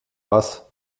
was